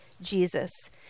Jesus